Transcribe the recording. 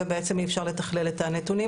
ובעצם אי אפשר לתכלל את הנתונים,